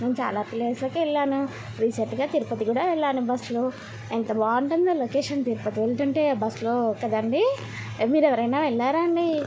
నేను చాలా ప్లేస్లకి వెళ్ళాను రీసెంట్గా తిరుపతి కూడా వెళ్ళాను బస్లో ఎంత బాగుంటుందో లొకేషన్ తిరుపతి వెళ్తుంటే బస్లో కదండీ మీరెవరైనా వెళ్ళారా అండీ